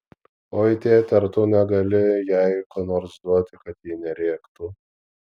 oi tėte ar tu negali jai ko nors duoti kad ji nerėktų